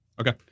okay